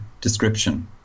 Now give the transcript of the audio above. description